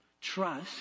Trust